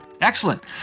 Excellent